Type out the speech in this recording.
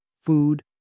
food